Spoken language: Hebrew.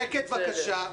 שקט בבקשה.